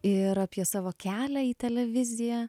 ir apie savo kelią į televiziją